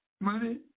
money